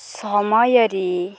ସମୟରେ